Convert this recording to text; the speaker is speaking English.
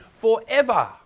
forever